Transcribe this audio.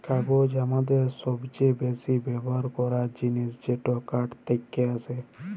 কাগজ হামাদের সবচে বেসি ব্যবহার করাক জিনিস যেটা কাঠ থেক্কে আসেক